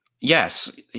Yes